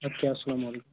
اَدٕ کیٛاہ اسلام علیکُم